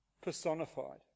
personified